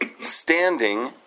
standing